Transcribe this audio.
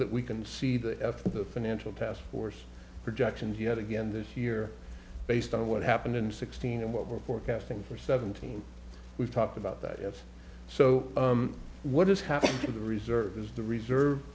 that we can see the effort the financial task force projections yet again this year based on what happened in sixteen and what we're forecasting for seventeen we've talked about that if so what has happened to the reserve is the reserve